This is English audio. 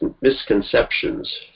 misconceptions